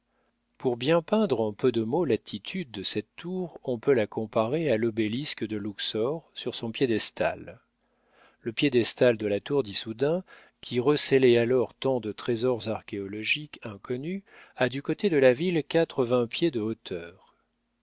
pour bien peindre en peu de mots l'attitude de cette tour on peut la comparer à l'obélisque de luxor sur son piédestal le piédestal de la tour d'issoudun qui recélait alors tant de trésors archéologiques inconnus a du côté de la ville quatre-vingts pieds de hauteur